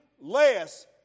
less